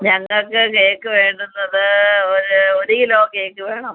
ഞങ്ങൾക്ക് കേക്ക് വേണ്ടത് ഒരു ഒരു കിലോ കേക്ക് വേണം